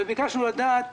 וביקשנו לדעת,